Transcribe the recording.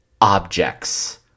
objects